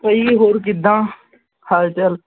ਭਾਅ ਜੀ ਹੋਰ ਕਿੱਦਾਂ ਹਾਲ ਚਾਲ